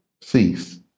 cease